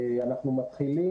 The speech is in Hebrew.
אנחנו מתחילים,